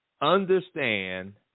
understand